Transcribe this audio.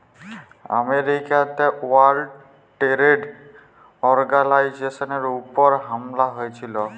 আমেরিকাতে world trade অর্গালাইজেশলের উপর হামলা হঁয়েছিল